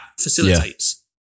facilitates